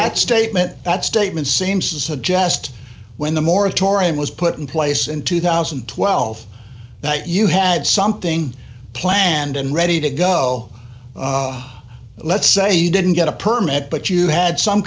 that statement that statement seems to suggest when the moratorium was put in place in two thousand and twelve that you had something planned and ready to go let's say you didn't get a permit but you had some